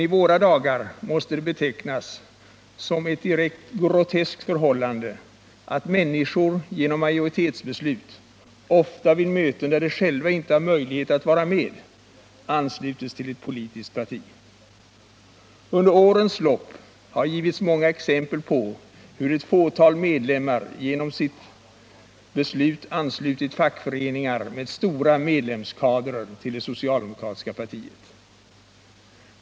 I våra dagar måste det emellertid betecknas som ett direkt groteskt förhållande att människor genom majoritetsbeslut, ofta vid möten där de själva inte har möjlighet att vara med, ansluts till ett politiskt parti. Under årens lopp har det givits många exempel på hur ett fåtal medlemmar genom sitt beslut anslutit fackföreningar med stora medlemskadrer till det socialdemokratiska partiet.